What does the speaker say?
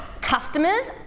customers